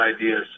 ideas